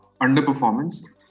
underperformance